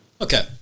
Okay